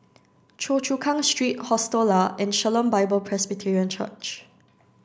Choa Chu Kang Street Hostel Lah and Shalom Bible Presbyterian Church